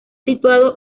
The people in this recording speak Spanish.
situado